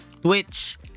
Twitch